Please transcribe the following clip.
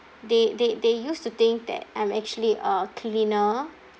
they they they used to think that I'm actually a cleaner